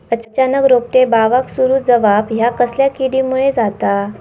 अचानक रोपटे बावाक सुरू जवाप हया कसल्या किडीमुळे जाता?